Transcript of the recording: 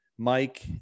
Mike